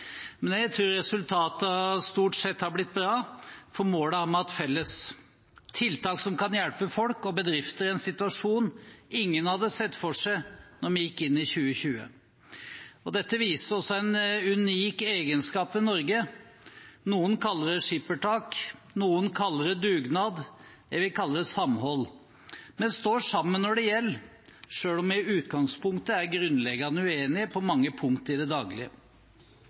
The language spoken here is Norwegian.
Men jeg tror resultatene stort sett har blitt bra for målene om felles tiltak som kan hjelpe folk og bedrifter i en situasjon ingen hadde sett for seg da vi gikk inn i 2020. Dette viser også en unik egenskap ved Norge. Noen kaller det skippertak, noen kaller det dugnad – jeg vil kalle det samhold. Vi står sammen når det gjelder, selv om vi i utgangspunktet er grunnleggende uenige på mange punkt i det daglige.